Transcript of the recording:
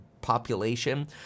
population